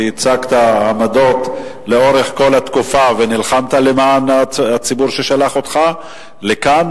וייצגת עמדות לאורך כל התקופה ונלחמת למען הציבור ששלח אותך לכאן,